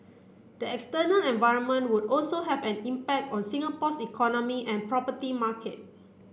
the external environment would also have an impact on Singapore's economy and property market